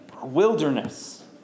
wilderness